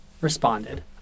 responded